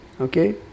Okay